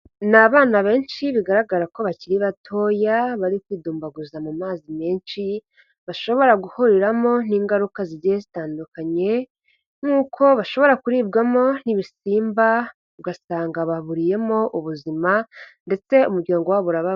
Ni abana benshi bigaragara ko bakiri batoya bari kwidumbaguza mu mazi menshi bashobora guhuriramo n'ingaruka zigiye zitandukanye nk'uko bashobora kuribwamo n'ibisimba ugasanga baburiyemo ubuzima ndetse umuryango wabo urabaho.